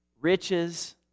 Riches